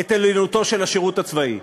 את עליונותו של השירות הצבאי.